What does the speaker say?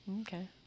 Okay